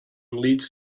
leads